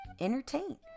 entertain